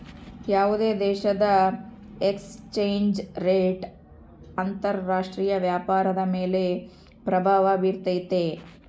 ಯಾವುದೇ ದೇಶದ exchange rate ಅಂತರ ರಾಷ್ಟ್ರೀಯ ವ್ಯಾಪಾರದ ಮೇಲೆ ಪ್ರಭಾವ ಬಿರ್ತೈತೆ